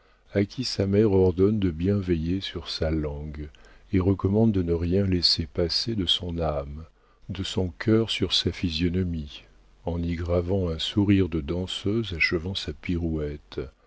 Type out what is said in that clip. à qui sa mère ordonne de bien veiller sur sa langue et recommande de ne rien laisser passer de son âme de son cœur sur sa physionomie en y gravant un sourire de danseuse achevant sa pirouette